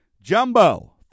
Jumbo